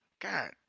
God